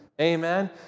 Amen